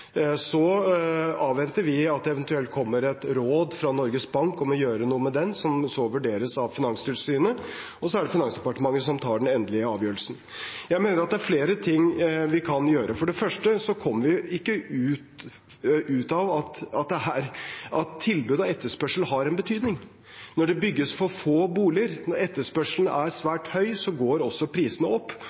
Så avventer vi at det eventuelt kommer et råd fra Norges Bank om å gjøre noe med den, som så vurderes av Finanstilsynet. Så er det Finansdepartementet som tar den endelige avgjørelsen. Jeg mener det er flere ting vi kan gjøre. For det første kommer vi ikke fra at tilbud og etterspørsel har en betydning. Når det bygges for få boliger, når etterspørselen er svært høy, går også prisene opp.